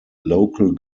local